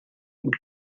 und